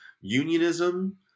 unionism